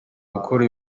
gukora